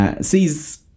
sees